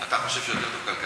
אתה חושב שזה יותר כלכלה?